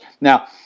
Now